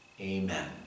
Amen